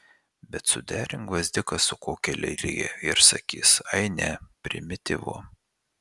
bet suderink gvazdiką su kokia lelija ir sakys ai ne primityvu